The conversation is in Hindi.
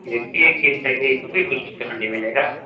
ये भी एक के जी चाहिए था इस्पे भी कुछ डिस्काउंट नहीं मिलेगा